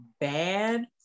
bad